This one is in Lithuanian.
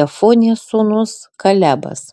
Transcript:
jefunės sūnus kalebas